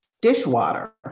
dishwater